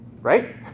right